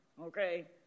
Okay